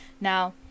now